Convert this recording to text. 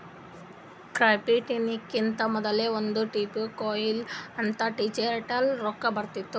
ಕ್ರಿಪ್ಟೋಕರೆನ್ಸಿಕಿಂತಾ ಮೊದಲೇ ಒಂದ್ ಬಿಟ್ ಕೊಯಿನ್ ಅಂತ್ ಡಿಜಿಟಲ್ ರೊಕ್ಕಾ ಬಂದಿತ್ತು